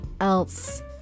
else